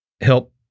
help